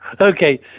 Okay